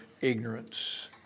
ignorance